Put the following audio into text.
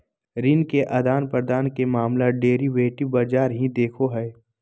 ऋण के आदान प्रदान के मामला डेरिवेटिव बाजार ही देखो हय